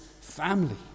family